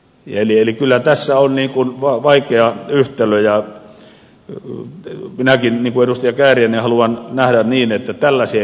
eli kyllä tässä on niin kuin vaikea yhtälö ja minäkin niin kuin edustaja kääriäinen haluan nähdä niin että tällaiseen ei ajauduta